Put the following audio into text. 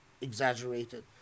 exaggerated